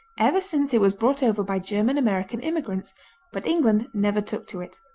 ever since it was brought over by german-american immigrants but england never took to it.